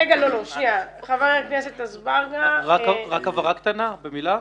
חבר הכנסת אזברגה -- רק הבהרה קטנה במילה.